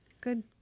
Good